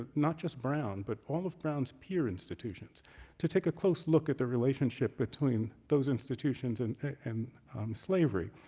but not just brown, but all of brown's peer institutions to take a close look at the relationship between those institutions and and slavery.